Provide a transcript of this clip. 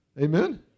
Amen